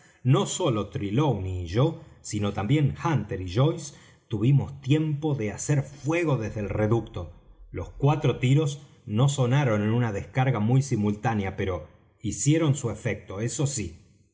no sólo trelawney y yo sino también hunter y joyce tuvimos tiempo de hacer fuego desde el reducto los cuatro tiros no sonaron en una descarga muy simultánea pero hicieron su efecto eso sí